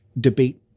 debate